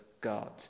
God